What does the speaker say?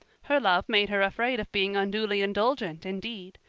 her love made her afraid of being unduly indulgent, indeed.